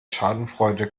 schadenfreude